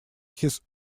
his